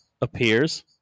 appears